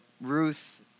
Ruth